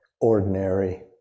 ordinary